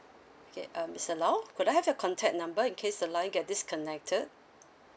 okay uh mister low could I have your contact number in case the line get disconnected